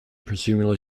presumably